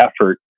effort